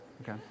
okay